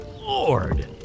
lord